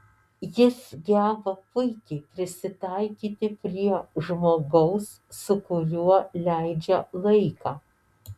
jis geba puikiai prisitaikyti prie žmogaus su kuriuo leidžia laiką